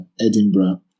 Edinburgh